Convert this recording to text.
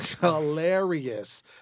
hilarious